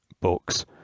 books